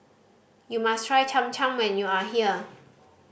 you must try Cham Cham when you are here